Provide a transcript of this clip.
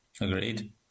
Agreed